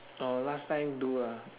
oh last time do ah